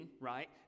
right